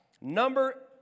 Number